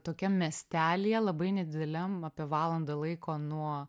tokiam miestelyje labai nedideliam apie valandą laiko nuo